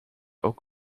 ook